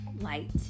light